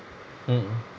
mmhmm